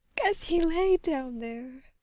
as he lay down there.